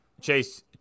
Chase